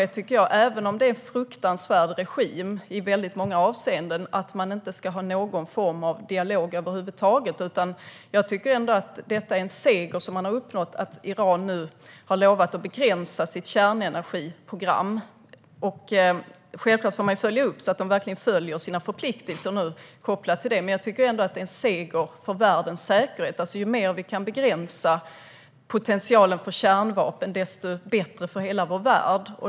Jag tycker inte att det är någon självklarhet, även om det i väldigt många avseenden är en fruktansvärd regim, att man inte ska ha någon form av dialog över huvud taget. Jag tycker ändå att man har uppnått en seger: att Iran nu har lovat att begränsa sitt kärnenergiprogram. Självklart får man följa upp det, så att de verkligen uppfyller sina förpliktelser som är kopplade till det, man jag tycker ändå att det är en seger för världens säkerhet. Ju mer vi kan begränsa potentialen för kärnvapen, desto bättre är det för hela vår värld.